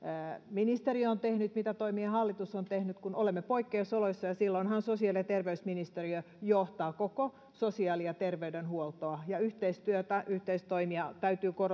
ministeriö on tehnyt mitä toimia hallitus on tehnyt kun olemme poikkeusoloissa silloinhan sosiaali ja terveysministeriö johtaa koko sosiaali ja terveydenhuoltoa ja yhteistyötä yhteistoimia täytyy